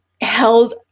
held